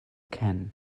ken